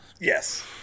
Yes